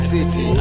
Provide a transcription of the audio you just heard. City